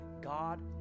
God